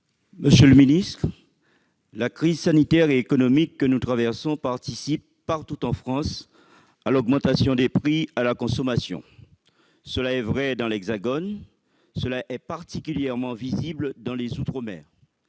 des outre-mer. La crise sanitaire et économique que nous traversons participe, partout en France, à l'augmentation des prix à la consommation. C'est vrai dans l'Hexagone. C'est particulièrement visible dans les outre-mer.